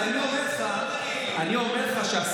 אני לא זוכר מי: אילת מתמוטטת.